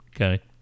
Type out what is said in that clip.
Okay